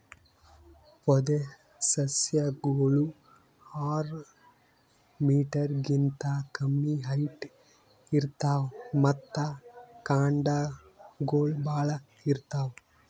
ಪೊದೆಸಸ್ಯಗೋಳು ಆರ್ ಮೀಟರ್ ಗಿಂತಾ ಕಮ್ಮಿ ಹೈಟ್ ಇರ್ತವ್ ಮತ್ತ್ ಕಾಂಡಗೊಳ್ ಭಾಳ್ ಇರ್ತವ್